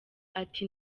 ati